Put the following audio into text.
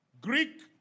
Greek